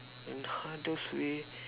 hardest way